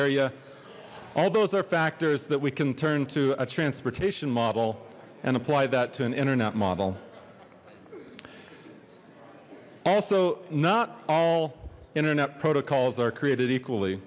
area all those are factors that we can turn to a transportation model and apply that to an internet model also not all internet protocols are created equally